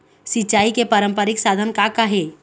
सिचाई के पारंपरिक साधन का का हे?